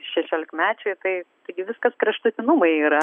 šešiolikmečiui tai taigi viskas kraštutinumai yra